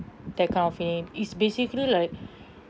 that kind of feeling it's basically like